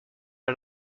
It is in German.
der